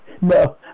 No